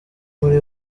muri